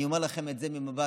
אני אומר לכם את זה ממבט